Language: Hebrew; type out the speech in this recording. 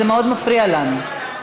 זה מאוד מפריע לנו.